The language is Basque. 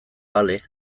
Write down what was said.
bale